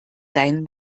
sein